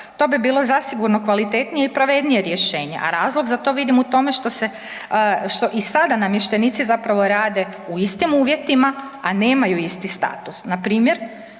to bi bilo zasigurno kvalitetnije i pravednije rješenje, a razlog za to vidim u tome što se, što i sada namještenici zapravo rade u istim uvjetima, a nemaju isti status. Npr.